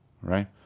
Right